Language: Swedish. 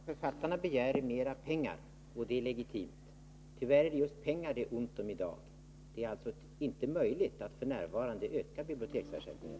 Herr talman! Vad författarna begär är mer pengar, och det är legitimt. Tyvärr är det just pengar som det är ont om i dag. Det är alltså inte möjligt att f.n. öka biblioteksersättningen.